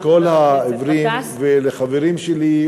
לכל העיוורים ולחברים שלי,